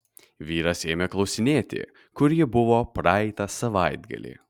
vyras ėmė klausinėti kur ji buvo praeitą savaitgalį